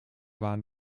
waren